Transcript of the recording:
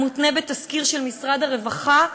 המותנה בתסקיר של משרד הרווחה,